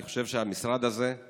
אני חושב שהמשרד הזה הוא